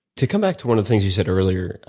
to come back to one of the things you said earlier,